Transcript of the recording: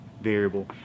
variable